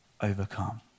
overcome